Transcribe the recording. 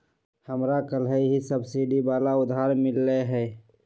हमरा कलेह ही सब्सिडी वाला उधार मिल लय है